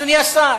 אדוני השר?